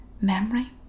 memory